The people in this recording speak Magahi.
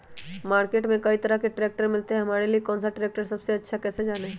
मार्केट में कई तरह के ट्रैक्टर मिलते हैं हमारे लिए कौन सा ट्रैक्टर सबसे अच्छा है कैसे जाने?